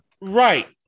Right